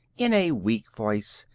in a weak voice,